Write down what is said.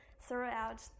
throughout